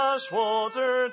Ashwater